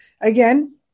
Again